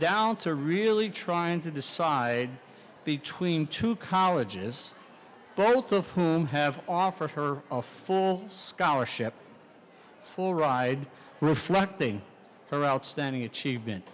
down to really trying to decide between two colleges both of whom have offered her a full scholarship for ride reflecting their outstanding achievement